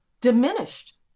diminished